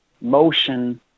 motion